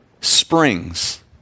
springs